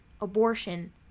Abortion